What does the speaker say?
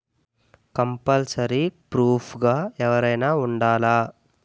Compulsory proof గా ఎవరైనా ఉండాలా?